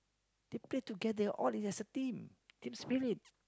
they play together all as a team team spirit